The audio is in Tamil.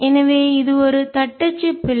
எனவே இது ஒரு தட்டச்சு பிழை